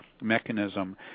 mechanism